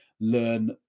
learn